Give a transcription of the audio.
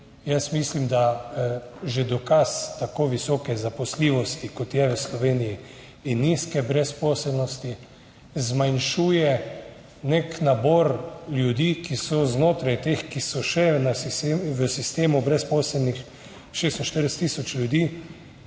Jaz mislim, da že dokaz tako visoke zaposljivosti, kot je v Sloveniji, in nizke brezposelnosti zmanjšuje nek nabor ljudi, ki so znotraj teh, ki so še v sistemu brezposelnih 46 tisoč ljudi,